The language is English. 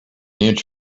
inch